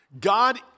God